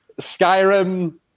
Skyrim